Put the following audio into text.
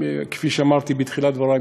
כפי שאמרתי בתחילת דברי,